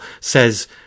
says